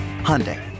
Hyundai